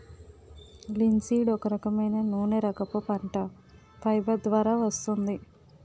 linseed ఒక రకమైన నూనెరకపు పంట, ఫైబర్ ద్వారా వస్తుంది